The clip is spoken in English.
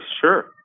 Sure